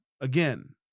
again